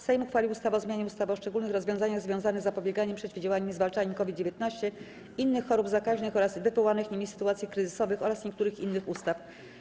Sejm uchwalił ustawę o zmianie ustawy o szczególnych rozwiązaniach związanych z zapobieganiem, przeciwdziałaniem i zwalczaniem COVID-19, innych chorób zakaźnych oraz wywołanych nimi sytuacji kryzysowych oraz niektórych innych ustaw.